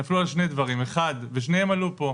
הם נפלו על שני דברים, ושניהם עלו פה,